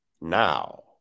Now